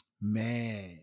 Man